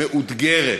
מאותגרת,